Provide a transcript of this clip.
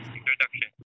Introduction